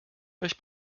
euch